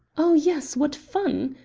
oh, yes, what fun!